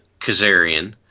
Kazarian